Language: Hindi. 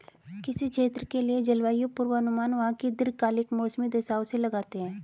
किसी क्षेत्र के लिए जलवायु पूर्वानुमान वहां की दीर्घकालिक मौसमी दशाओं से लगाते हैं